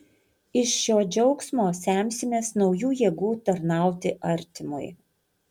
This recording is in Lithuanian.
iš šio džiaugsmo semsimės naujų jėgų tarnauti artimui